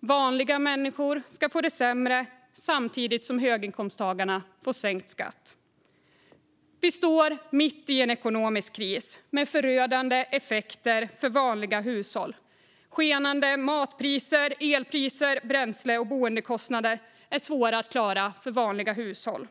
Vanliga människor ska få det sämre samtidigt som höginkomsttagarna får sänkt skatt. Vi står mitt i en ekonomisk kris med förödande effekter för vanliga hushåll. Skenande matpriser, elpriser och bränsle och boendekostnader är svårt att klara för väldigt många hushåll.